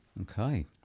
Okay